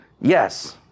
Yes